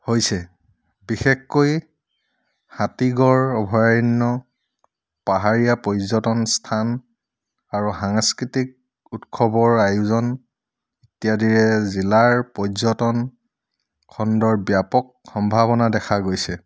হৈছে বিশেষকৈ হাতীগড় অভয়াৰণ্য পাহাৰীয়া পৰ্যটনস্থান আৰু সাংস্কৃতিক উৎসৱৰ আয়োজন ইত্যাদিৰে জিলাৰ পৰ্যটন খণ্ডৰ ব্যাপক সম্ভাৱনা দেখা গৈছে